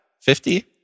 fifty